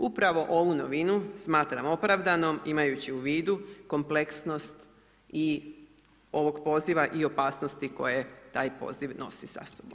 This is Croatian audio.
Upravo ovu novinu smatram opravdanom imajući u vidu kompleksnost i ovog poziva i opasnosti koje taj poziv nosi sa sobom.